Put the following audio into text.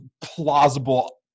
plausible